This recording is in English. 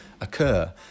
occur